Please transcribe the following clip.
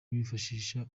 bifashisha